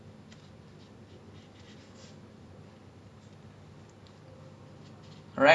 oh ya of course wait err Netflix wait what's your top three shows like right now like what's the top three you are watching